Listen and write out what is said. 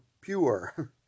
Pure